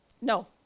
No